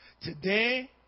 Today